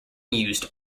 used